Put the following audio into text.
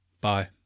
Bye